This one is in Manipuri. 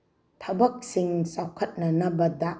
ꯊꯕꯛꯁꯤꯡ ꯆꯥꯎꯈꯠꯅꯅꯕꯗ